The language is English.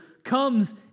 comes